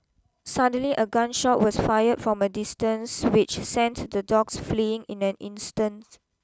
suddenly a gun shot was fired from a distance which sent the dogs fleeing in an instant